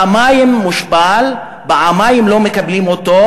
פעמיים מושפל, פעמיים לא מקבלים אותו,